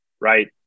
Right